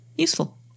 useful